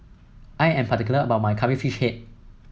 I am particular about my Curry Fish Head